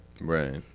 Right